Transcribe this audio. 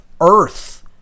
earth